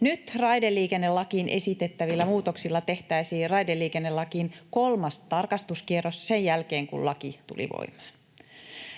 Nyt raideliikennelakiin esitettävillä muutoksilla tehtäisiin raideliikennelakiin kolmas tarkastuskierros sen jälkeen, kun laki tuli voimaan.